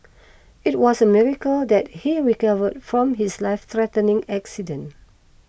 it was a miracle that he recovered from his life threatening accident